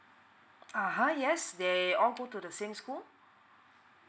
(uh huh) yes they all go to the same school